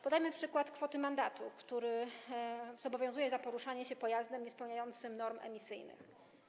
Podajmy przykład kwoty mandatu, który obowiązuje za poruszanie się pojazdem niespełniającym norm emisyjnych.